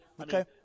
Okay